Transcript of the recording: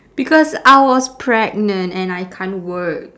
because I was pregnant and I can't work